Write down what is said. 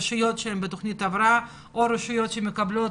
רשויות שהן בתוכנית הבראה או רשויות שמקבלות